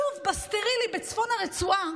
שוב, בסטרילי, בצפון הרצועה,